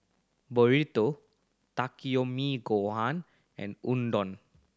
Burrito Takikomi Gohan and Udon